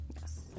yes